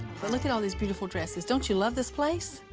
look at all these beautiful dresses. don't you love this place?